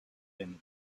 been